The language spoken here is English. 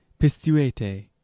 Pistuete